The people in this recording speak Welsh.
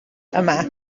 yma